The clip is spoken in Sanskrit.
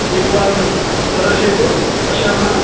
एकवारं प्रदर्शयतु पश्यामः